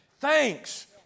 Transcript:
Thanks